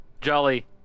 Jolly